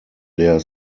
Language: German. der